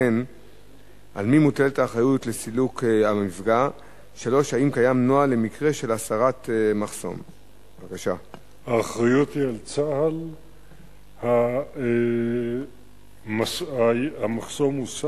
2. אם כן, על מי מוטלת האחריות לסילוק המפגע?